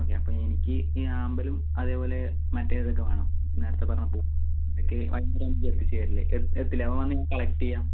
ഒക്കെ അപ്പോൾ എനിക്ക് ഈ ആമ്പലും മറ്റെതൊക്കെ വേണം നേരത്തെ പറഞ്ഞ പൂവ് അതൊക്കെ എത്തിച്ചുതരില്ലേ എത്തില്ലേ ഇല്ലെങ്കിൽ വന്ന് കളെക്റ്റ് ചെയ്യാം